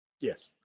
Yes